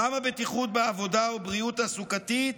למה בטיחות בעבודה ובריאות תעסוקתית